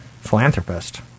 philanthropist